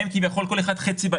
אם הם מחליטים לא להקים חברה בע"מ,